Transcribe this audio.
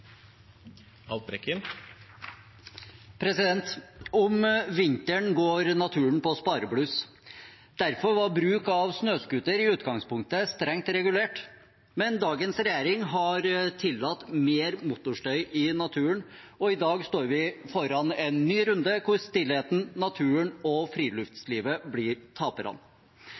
Om vinteren går naturen på sparebluss. Derfor var bruk av snøscooter i utgangspunktet strengt regulert, men dagens regjering har tillatt mer motorstøy i naturen, og i dag står vi foran en ny runde hvor stillheten, naturen og friluftslivet blir